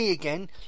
again